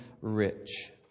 rich